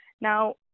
Now